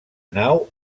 nau